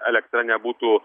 elektra nebūtų